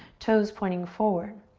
toes pointing forward.